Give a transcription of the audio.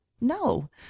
No